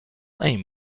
aim